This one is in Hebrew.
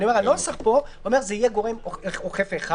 הנוסח פה אומר שזה יהיה גורם אוכף אחד,